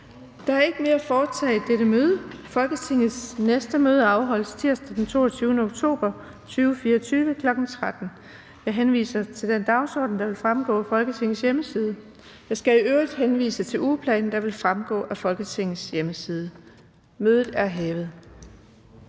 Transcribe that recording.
Der er ikke mere at foretage i dette møde. Folketingets næste møde afholdes tirsdag den 22. oktober 2024 kl. 13.00. Jeg henviser til den dagsorden, der vil fremgå af Folketingets hjemmeside. Jeg skal i øvrigt henvise til ugeplanen, der også vil fremgå af Folketingets hjemmeside. Mødet er hævet.